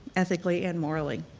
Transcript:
ethically and morally.